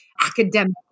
academic